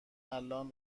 الان